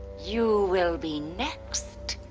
you will be next,